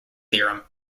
theorem